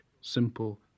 simple